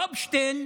גופשטיין